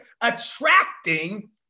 attracting